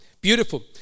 Beautiful